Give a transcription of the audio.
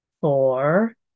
four